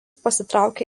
pasitraukė